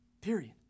Period